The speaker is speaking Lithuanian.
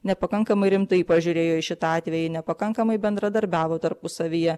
nepakankamai rimtai pažiūrėjo į šitą atvejį nepakankamai bendradarbiavo tarpusavyje